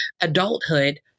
adulthood